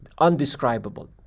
undescribable